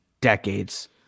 decades